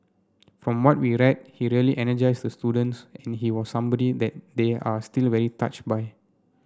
from what we read he really energised the students and he was somebody that they are still very touched by